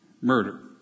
murder